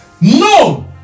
no